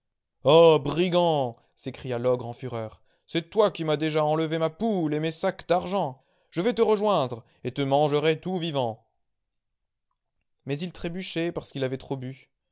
brigand s'écria l'ogre en fureur c'est toi qui m'as déjà enlevé ma poule et mes sacs d'argent je vais te rejoindre et te mangerai tout vivant mais il trébuchait parce qu'il avait trop bu